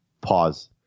pause